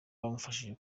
bamufashije